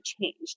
changed